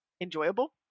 enjoyable